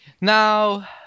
Now